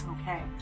Okay